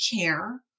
care